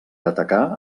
atacar